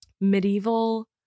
medieval